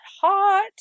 hot